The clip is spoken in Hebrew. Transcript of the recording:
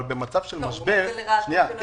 אבל במצב של משבר --- זה פועל לרעתו של הלקוח.